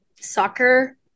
soccer